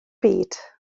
byd